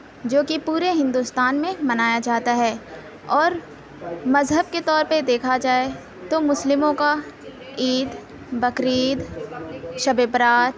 جو کہ پورے ہندوستان میں منایا جاتا ہے اور مذہب کے طور پہ دیکھا جائے تو مسلموں کا عید بقرعید شب برأت